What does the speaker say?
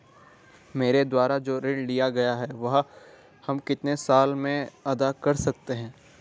मेरे द्वारा जो ऋण लिया गया है वह हम कितने साल में अदा कर सकते हैं?